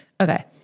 Okay